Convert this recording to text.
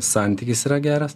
santykis yra geras